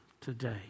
today